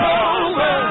over